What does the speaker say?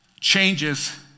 changes